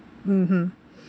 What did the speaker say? mmhmm